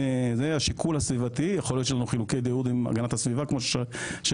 יכול להיות שיהיו לנו חילוקי דעות עם הגנת הסביבה כמו שראית,